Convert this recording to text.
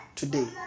Today